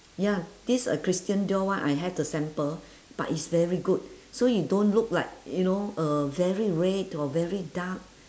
ya this uh christian dior one I have the sample but it's very good so you don't look like you know uh very red or very dark